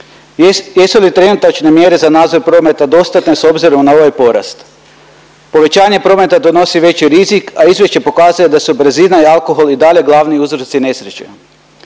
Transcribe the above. Jesu li trenutačne mjere za nadzor prometa dostatne s obzirom na ovaj porast? Povećanje prometa donosi veći rizik, a izvješće pokazuje da su brzina i alkohol i dalje glavni uzroci nesreće.